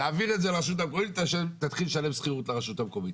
תעביר את זה לרשות המקומית ותתחיל לשלם שכירות לרשות המקומית.